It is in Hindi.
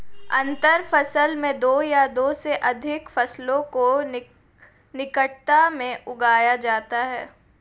अंतर फसल में दो या दो से अघिक फसलों को निकटता में उगाया जाता है